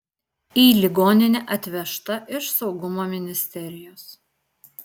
į ligoninę atvežta iš saugumo ministerijos